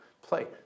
play